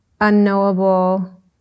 unknowable